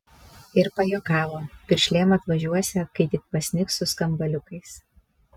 ir pajuokavo piršlėm atvažiuosią kai tik pasnigs su skambaliukais